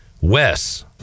Wes